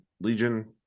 Legion